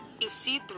Isidro